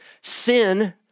sin